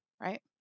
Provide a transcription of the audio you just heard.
right